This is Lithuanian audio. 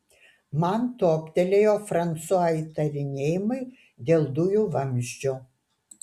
man toptelėjo fransua įtarinėjimai dėl dujų vamzdžio